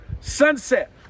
sunset